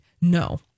No